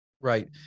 Right